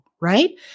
right